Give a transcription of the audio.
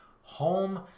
home